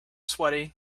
sweaty